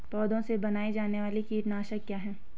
पौधों से बनाई जाने वाली कीटनाशक क्या है?